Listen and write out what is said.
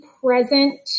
present